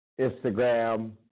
Instagram